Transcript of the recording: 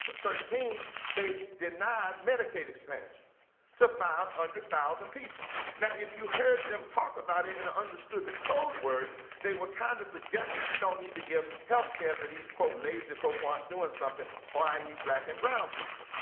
thirteen, they so denied medicaid expansion to five hundred thousand people. now, if you heard them talk about it and understood the codewords they were kind of suggesting, we don't need to give healthcare to these quote lazy folk who aren't doing something or i e black and brown people.